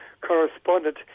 correspondent